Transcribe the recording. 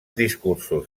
discursos